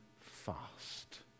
fast